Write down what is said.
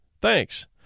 Thanks